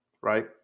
right